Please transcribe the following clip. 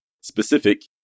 specific